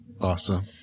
Awesome